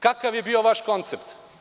Kakav je bio vaš koncept?